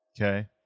Okay